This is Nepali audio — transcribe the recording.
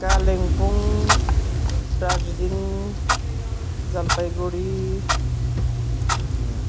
कालिम्पोङ दार्जिलिङ जलपाइगुडी